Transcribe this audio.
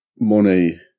money